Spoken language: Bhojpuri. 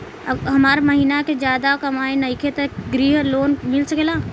हमर महीना के ज्यादा कमाई नईखे त ग्रिहऽ लोन मिल सकेला?